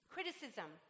Criticism